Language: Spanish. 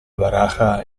baraja